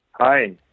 Hi